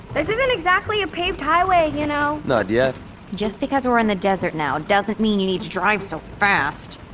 this isn't exactly a paved highway you know? not yet just because we're in the desert now doesn't mean you need to drive so fast.